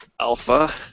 Alpha